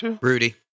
Rudy